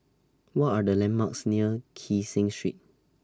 What Are The landmarks near Kee Seng Street